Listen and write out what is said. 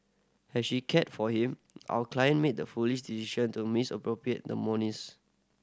as she cared for him our client made the foolish decision to misappropriate the monies